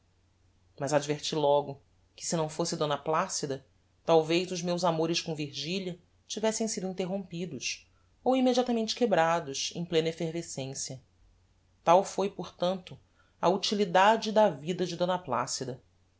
mas adverti logo que se não fosse d placida talvez os meus amores com virgilia tivessem sido interrompidos ou immediatamente quebrados em plena effervescencia tal foi portanto a utilidade da vida de d placida